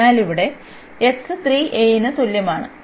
അതിനാൽ ഇവിടെ x 3a ന് തുല്യമാണ്